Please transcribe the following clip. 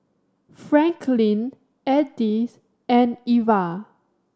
Franklin Edith and Eva